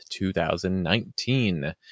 2019